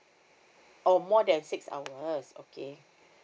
oh more than six hours okay